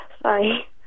sorry